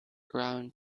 round